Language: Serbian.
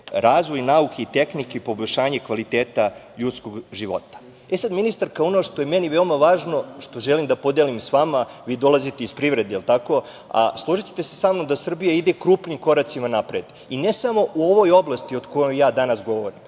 razvoj nauke i tehnike i poboljšanje kvaliteta ljudskog života. Ministarka, sada ono što je meni veoma važno, što želim da podelim sa vama, vi dolazite iz privrede, a složićete se sa mnom da Srbija ide krupnim koracima napred i ne samo u ovoj oblasti o kojoj ja danas govorim,